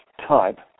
type